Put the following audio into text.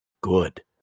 good